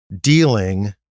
dealing